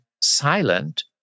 silent